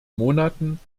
monaten